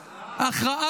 הכרעה.